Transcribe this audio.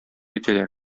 итәләр